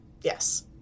yes